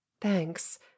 Thanks